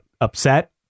upset